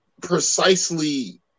precisely